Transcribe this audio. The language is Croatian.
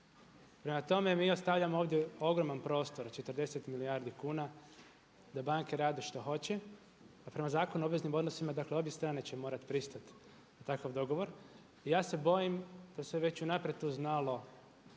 Prema tome, mi ostavljamo ovdje ogroman prostor od 40 milijardi kuna da banke rade što hoće, a prema Zakonu o obveznim odnosima dakle obje strane će morati pristati na takav dogovor. I ja se bojim da se već unaprijed to znalo